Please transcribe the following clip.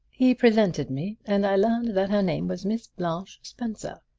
he presented me and i learned that her name was miss blanche spencer.